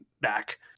back